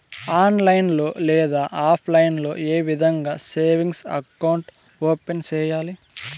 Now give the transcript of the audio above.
online లో లేదా offline లో ఏ విధంగా సేవింగ్ అకౌంట్ ఓపెన్ సేయాలి